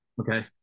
okay